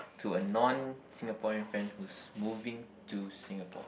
to a non-Singaporean friend who's moving to Singapore